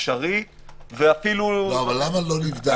אפשרי ואפילו- -- למה לא נבדק?